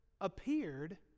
appeared